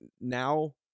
now